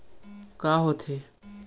का होथे?